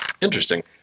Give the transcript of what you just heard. Interesting